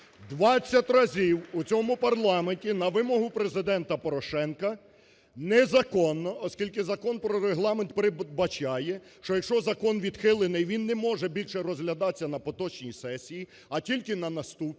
20 разів у цьому парламенті на вимогу Президента Порошенка незаконно, оскільки Закон про Регламент передбачає, що, якщо закон відхилений, він не може більше розглядатися на поточній сесії, а тільки на наступній,